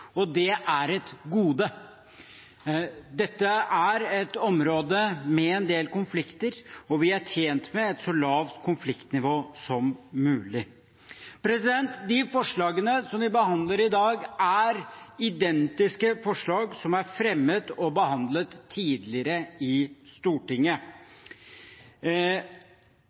og det er et gode. Dette er et område med en del konflikter, og vi er tjent med et så lavt konfliktnivå som mulig. De forslagene som vi behandler i dag, er identiske med forslag som er blitt fremmet og behandlet tidligere i Stortinget.